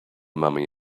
mommy